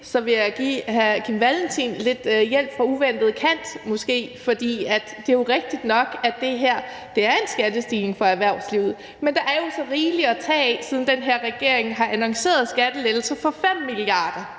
vil jeg give hr. Kim Valentin lidt hjælp, måske fra uventet kant, for det er rigtigt nok, at det her er en skattestigning for erhvervslivet, men der er jo så rigeligt at tage af, siden den her regering har annonceret skattelettelser for 5 mia. kr.